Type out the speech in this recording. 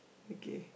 okay